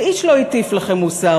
ואיש לא הטיף לכם מוסר,